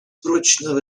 прочного